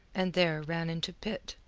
and there ran into pitt,